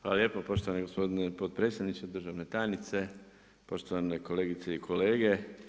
Hvala lijepo poštovani gospodine potpredsjedniče, državna tajnice, poštovane kolegice i kolege.